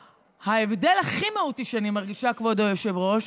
וההבדל הכי מהותי שאני מרגישה, כבוד היושב-ראש,